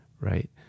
right